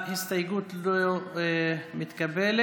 ההסתייגות לא מתקבלת.